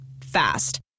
Fast